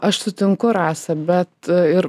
aš sutinku rasa bet ir